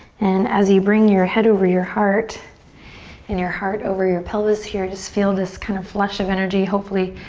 and as you bring your head over your heart and your heart over your pelvis here just feel this kind of flush of energy. hopefully